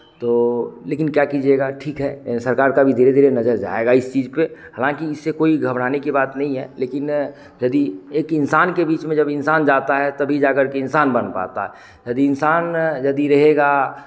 तो लेकिन क्या कीजिएगा ठीक है सरकार का भी धीरे धीरे नज़र जाएगा इस चीज़ पे हालांकि इससे कोई घबराने की बात नहीं है लेकिन यदि एक इंसान के बीच में जब इंसान जाता है तभी जा कर के इंसान बन पाता है यदि इंसान यदि रहेगा